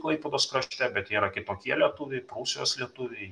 klaipėdos krašte bet jie yra kitokie lietuviai prūsijos lietuviai